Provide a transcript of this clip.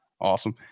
awesome